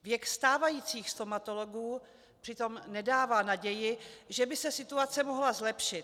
Věk stávajících stomatologů přitom nedává naději, že by se situace mohla zlepšit.